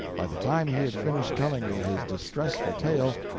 by the time he had finished telling me his distressful tale,